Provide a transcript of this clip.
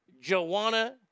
joanna